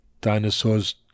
dinosaurs